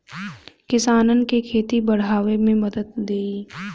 किसानन के खेती बड़ावे मे मदद देई